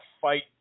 fight